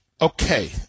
Okay